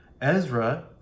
Ezra